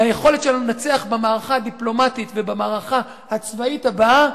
ליכולת שלנו לנצח במערכה הדיפלומטית ובמערכה הצבאית הבאה,